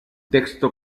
texto